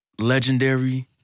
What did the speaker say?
legendary